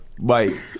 bye